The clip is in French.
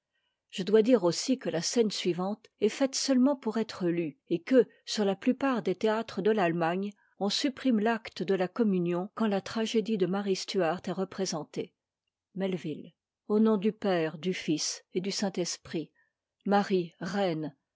je dois dire aussi que la scène suivante est faite seulement pour être lue et que sur la plupart des théâtres de l'allemagne on supprime l'acte de la communion quand la tragédie de marie stuart est représentée au nom du père du fils et du saint-esprit a marie reine